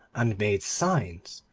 and made signs.